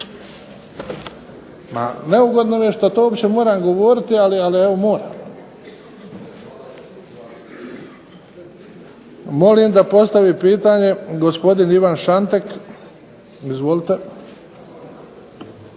neugodno mi je što to uopće moram govoriti, ali evo moram. Molim da postavi pitanje gosopdin Ivan Šantek. Izvolite.